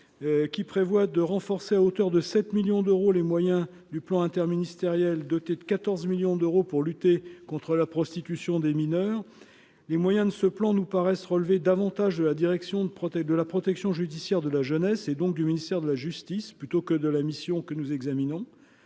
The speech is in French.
qui prévoit de renforcer, à hauteur de 7 millions d'euros les moyens du plan interministériel, doté de 14 millions d'euros pour lutter contre la prostitution des mineurs, les moyens de ce plan nous paraissent relever davantage de la direction de protéines de la protection judiciaire de la jeunesse et donc du ministère de la justice, plutôt que de la mission que nous examinons